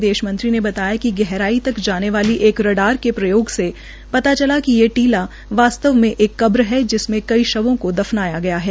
विदेश मंत्री ने बताया कि गहराई तक जाने वाली एक राडार के प्रयोग से पता चला कि ये टीला वास्तव में एक कब्र है जिसमें कई शवों को दफनाया गया है